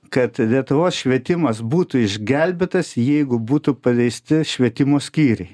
kad lietuvos švietimas būtų išgelbėtas jeigu būtų paleisti švietimo skyriai